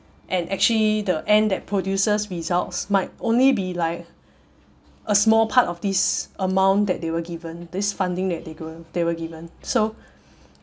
and actually the end that produces results might only be like a small part of this amount that they were given this funding that they g~ they were given so